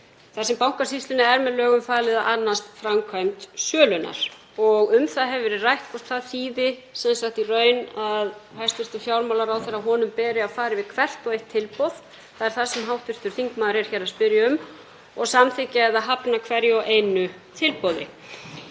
þar sem Bankasýslunni er með lögum falið að annast framkvæmd sölunnar. Um það hefur verið rætt hvort það þýði í raun að hæstv. fjármálaráðherra beri að fara yfir hvert og eitt tilboð, það er það sem hv. þingmaður er hér að spyrja um, og samþykkja eða hafna hverju og einu tilboði.